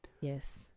Yes